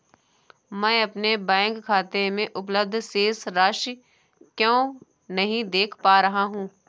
मैं अपने बैंक खाते में उपलब्ध शेष राशि क्यो नहीं देख पा रहा हूँ?